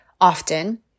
often